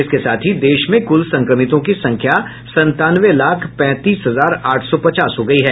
इसके साथ ही देश में कुल संक्रमितों की संख्या संतानवे लाख पैंतीस हजार आठ सौ पचास हो गयी है